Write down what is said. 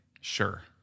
Sure